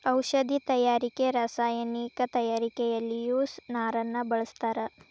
ಔಷದಿ ತಯಾರಿಕೆ ರಸಾಯನಿಕ ತಯಾರಿಕೆಯಲ್ಲಿಯು ನಾರನ್ನ ಬಳಸ್ತಾರ